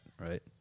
right